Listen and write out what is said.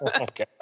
Okay